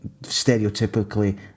stereotypically